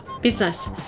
business